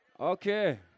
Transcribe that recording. Okay